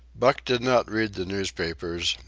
buck did not read the newspapers,